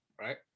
right